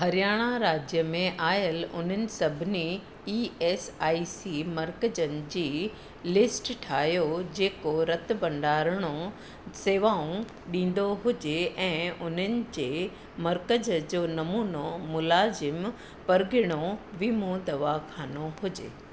हरियाणा राज्य में आयल उन्हनि सभिनी ई एस आई सी मर्कज़नि जी लिस्ट ठाहियो जेको रतु भंडारणो सेवाऊं ॾींदो हुजे ऐं उन्हनि जे मर्कज़ जो नमूनो मुलाज़िमु परॻिणो वीमो दवाख़ानो हुजे